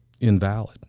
invalid